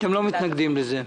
אתם לא מתנגדים לזה.